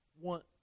want